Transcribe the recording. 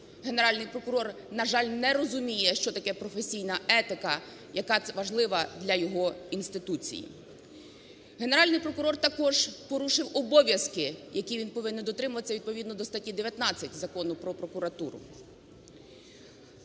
Генеральний прокурор, на жаль, не розуміє, що таке професійна етика, яка важлива для його інституції. Генеральний прокурор також порушив обов'язки, яких він повинен дотримуватися відповідно до статті 19 Закону "Про прокуратуру".